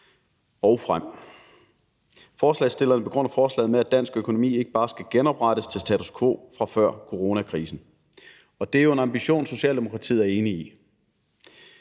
og frem. Forslagsstillerne begrunder forslaget med, at dansk økonomi ikke kun skal genoprettes til status quo fra før coronakrisen, og det er jo en ambition, Socialdemokratiet er enig i.